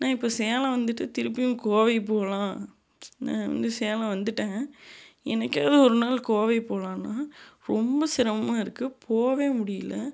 நான் இப்போ சேலம் வந்துட்டு திருப்பியும் கோவை போகலாம் நான் வந்து சேலம் வந்துட்டேன் என்னைக்காவது ஒரு நாள் கோவை போகலான்னா ரொம்ப சிரமமாக இருக்குது போக முடியல